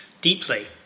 deeply